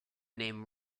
name